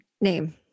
name